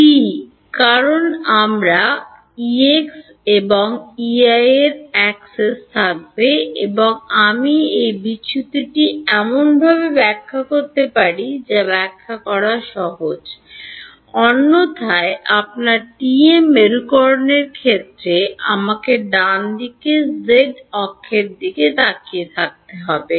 TE কারণ আমার প্রাক্তন এবং আই এর অ্যাক্সেস থাকবে এবং আমি এই বিচ্যুতিটি এমনভাবে ব্যাখ্যা করতে পারি যা ব্যাখ্যা করা সহজ অন্যথায় আপনার টিএম মেরুকরণের ক্ষেত্রে আমাকে ডানদিকে z অক্ষের দিকে তাকিয়ে থাকতে হবে